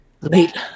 late